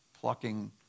plucking